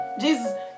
Jesus